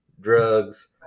drugs